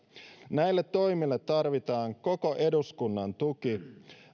näille toimille tarvitaan koko eduskunnan tuki